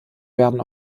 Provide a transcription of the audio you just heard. werden